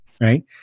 right